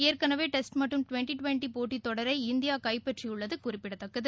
ஏற்கனவே டெஸ்ட் மற்றும் twenty twenty போட்டி தொடரை இந்தியா கைப்பற்றியுள்ளது குறிப்பிடத்தக்கது